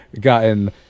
gotten